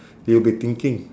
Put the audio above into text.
you'll be thinking